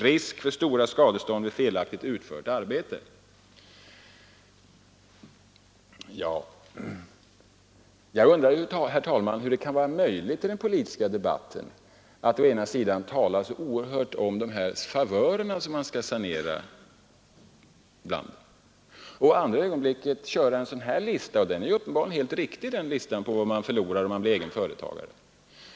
Risk för stora skadestånd vid felaktigt utfört arbete.” Ja, jag undrar, herr talman, hur det kan vara möjligt i den politiska debatten att å ena sidan tala så kraftfullt om de favörer som det bör saneras bland och i det andra ögonblicket redovisa en sådan här lista — och den är uppenbarligen helt riktig — över vad man förlorar när man blir egen företagare.